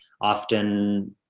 often